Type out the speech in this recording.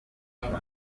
eshanu